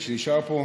מי שנשאר פה.